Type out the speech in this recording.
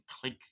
click